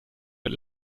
mit